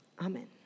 Amen